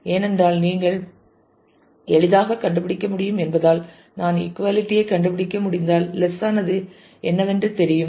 ஏனென்றால் நீங்கள் எளிதாகக் கண்டுபிடிக்க முடியும் என்பதால் நான் இகுவாலிட்டி ஐ கண்டுபிடிக்க முடிந்தால் லெஸ் ஆனது என்னவென்று தெரியும்